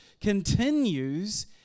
continues